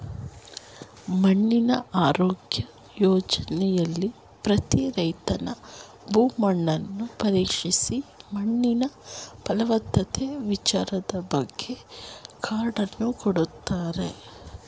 ಮಣ್ಣಿನ ಆರೋಗ್ಯ ಯೋಜನೆಲಿ ಪ್ರತಿ ರೈತನ ಭೂಮಿ ಮಣ್ಣನ್ನು ಪರೀಕ್ಷಿಸಿ ಮಣ್ಣಿನ ಫಲವತ್ತತೆ ವಿಚಾರದ್ಬಗ್ಗೆ ಕಾರ್ಡನ್ನು ಕೊಡ್ತಾರೆ